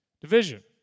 division